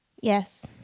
Yes